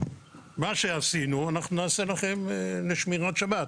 מה שעשינו נעשה לכם לשמירת שבת".